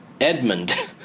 Edmund